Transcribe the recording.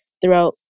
Throughout